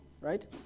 right